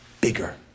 Bigger